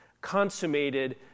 consummated